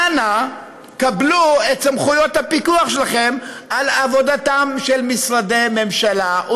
אנא קבלו את סמכויות הפיקוח שלכם על עבודתם של משרדי ממשלה,